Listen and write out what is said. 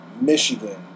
Michigan